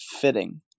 fitting